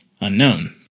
unknown